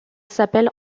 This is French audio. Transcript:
s’appelle